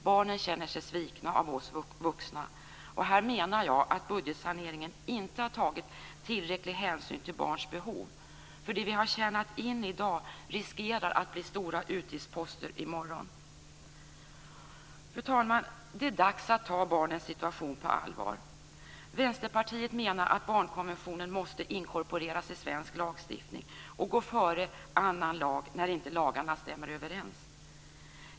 Barnen känner sig svikna av oss vuxna, och här menar jag att budgetsaneringen inte har tagit tillräcklig hänsyn till barns behov. Det vi har tjänat in i dag riskerar att bli stora utgiftsposter i morgon. Fru talman! Det är dags att ta barnens situation på allvar. Vänsterpartiet menar att barnkonventionen måste inkorporeras i svensk lagstiftning och gå före annan lag när inte lagarna stämmer överens.